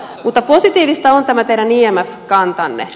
mutta positiivista on tämä teidän imf kantanne